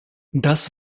das